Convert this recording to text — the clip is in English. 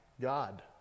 God